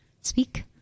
speak